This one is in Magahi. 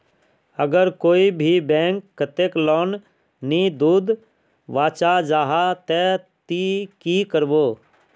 अगर कोई भी बैंक कतेक लोन नी दूध बा चाँ जाहा ते ती की करबो?